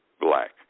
black